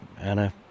Anna